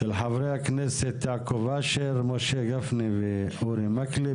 של חברי הכנסת יעקב אשר, משה גפני ואורי מקלב.